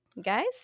guys